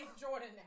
Jordan